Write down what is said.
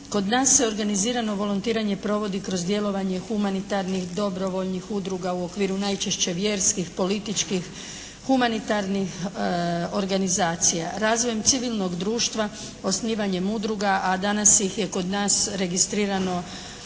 Kod nas se organizirano volontiranje provodi kroz djelovanje humanitarnih, dobrovoljnih udruga u okviru najčešće vjerskih, političkih, humanitarnih organizacija. Razvojem civilnog društva, osnivanjem udruga, a danas ih je kod nas registrirano